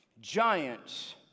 giants